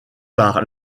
par